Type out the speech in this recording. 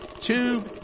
two